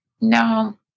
no